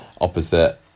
opposite